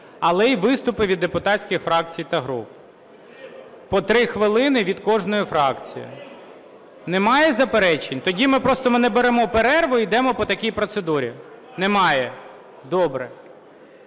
але і виступи від депутатських фракцій та груп, по 3 хвилини від кожної фракції. Немає заперечень? Тоді ми просто не беремо перерву і йдемо по такій процедурі. Немає? Добре.